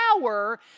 power